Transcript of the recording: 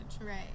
Right